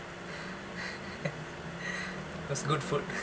that's good food